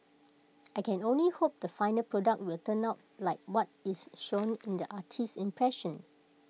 I can only hope the final product will turn out like what is shown in the artist's impressions